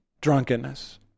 Drunkenness